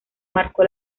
marcó